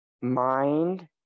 mind